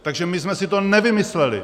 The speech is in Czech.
Takže my jsme si to nevymysleli.